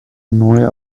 neue